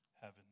heaven